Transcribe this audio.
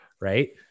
Right